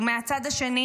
ומהצד השני